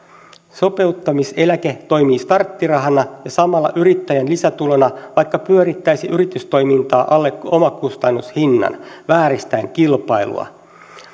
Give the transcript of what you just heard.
sopeuttamiseläke toimii starttirahana ja samalla yrittäjän lisätulona vaikka pyörittäisi yritystoimintaa alle omakustannushinnan vääristäen kilpailua